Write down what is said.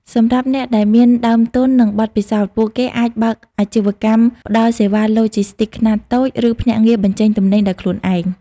សម្រាប់អ្នកដែលមានដើមទុន និងបទពិសោធន៍ ពួកគេអាចបើកអាជីវកម្មផ្តល់សេវាឡូជីស្ទីកខ្នាតតូច ឬភ្នាក់ងារបញ្ចេញទំនិញដោយខ្លួនឯង។